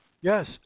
Yes